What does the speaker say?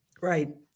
Right